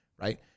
right